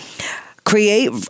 create